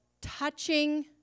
touching